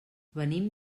venim